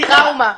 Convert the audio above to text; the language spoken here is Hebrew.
זה טראומה.